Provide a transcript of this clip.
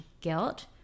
guilt